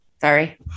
Sorry